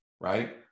right